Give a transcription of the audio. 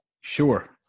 Sure